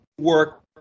work